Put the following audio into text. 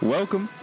Welcome